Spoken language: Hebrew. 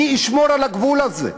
מי ישמור על הגבול הזה?